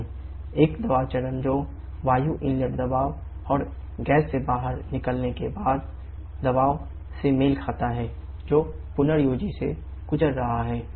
एक दबाव चरण जो वायु इनलेट से गुजर रहा है